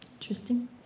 Interesting